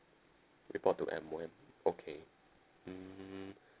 report to M_O_M okay mm